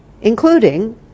including